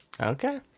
Okay